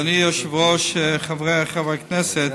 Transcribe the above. אדוני היושב-ראש, חבריי חברי הכנסת,